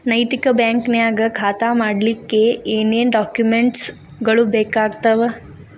ನೈತಿಕ ಬ್ಯಾಂಕ ನ್ಯಾಗ್ ಖಾತಾ ಮಾಡ್ಲಿಕ್ಕೆ ಏನೇನ್ ಡಾಕುಮೆನ್ಟ್ ಗಳು ಬೇಕಾಗ್ತಾವ?